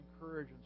encourage